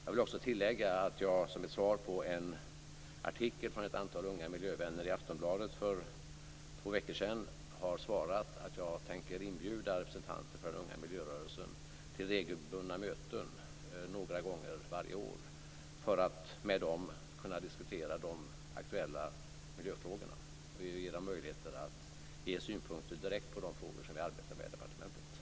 Jag vill också tillägga att jag, som ett svar på en artikel från ett antal unga miljövänner i Aftonbladet för två veckor sedan har sagt att jag tänker inbjuda representanter för den unga miljörörelsen till regelbundna möten några gånger varje år för att med dem kunna diskutera de aktuella miljöfrågorna och ge dem möjligheter att ge synpunkter direkt på de frågor som vi arbetar med i departementet.